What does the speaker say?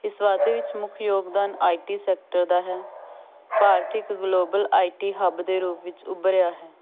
ਇਸ ਵਾਧੇ ਵਿੱਚ ਮੁੱਖ ਯੋਗਦਾਨ ਆਈ ਟੀ ਸੈਕਟਰ ਦਾ ਹੈ ਭਾਰਤ ਇੱਕ ਗਲੋਬਲ ਆਈ ਟੀ ਹੱਬ ਦੇ ਰੂਪ ਵਿੱਚ ਉਭਰਿਆ ਹੈ